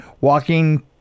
walking